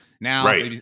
Now